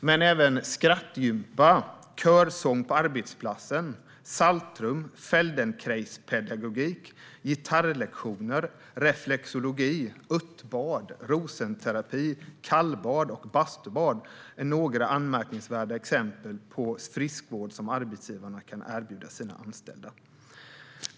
Men skrattgympa, körsång på arbetsplatsen, saltrum, Feldenkraispedagogik, gitarrlektioner, reflexologi, örtbad, Rosenterapi, kallbad och bastubad är några anmärkningsvärda exempel på friskvård som arbetsgivarna kan erbjuda sina anställda.